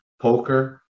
poker